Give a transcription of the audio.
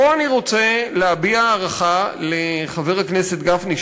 פה אני רוצה להביע הערכה לחבר הכנסת גפני,